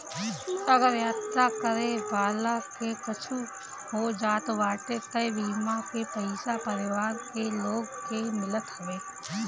अगर यात्रा करे वाला के कुछु हो जात बाटे तअ बीमा के पईसा परिवार के लोग के मिलत हवे